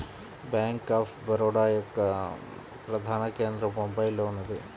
bank of Baroda యొక్క ప్రధాన కేంద్రం బొంబాయిలో ఉన్నది